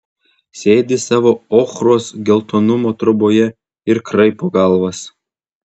sėdi savo ochros geltonumo troboje ir kraipo galvas